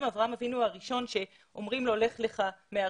אברהם אבינו הראשון שאומרים לו לך לך מארצך,